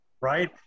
right